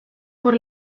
por